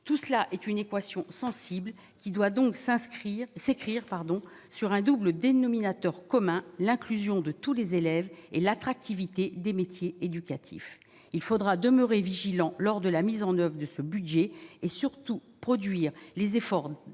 tout cela est une équation sensible qui doit donc s'inscrire, s'écrire, pardon, sur un double dénominateur commun l'inclusion de tous les élèves et l'attractivité des métiers éducatifs, il faudra demeurer vigilant lors de la mise en oeuvre et de ce budget et surtout produire les efforts d'attractivité